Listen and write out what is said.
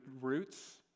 roots